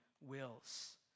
wills